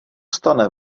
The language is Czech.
stane